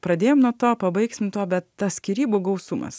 pradėjom nuo to pabaigsim tuo bet tas skyrybų gausumas